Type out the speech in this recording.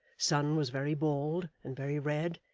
son was very bald, and very red,